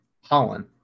Holland